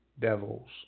devils